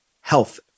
health